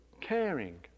caring